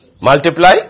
multiply